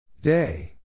Day